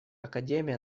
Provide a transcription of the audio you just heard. академия